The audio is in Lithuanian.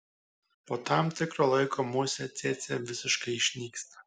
po tam tikro laiko musė cėcė visiškai išnyksta